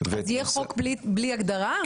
-- אז יהיה חוק בלי הגדרה?